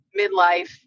midlife